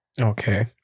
Okay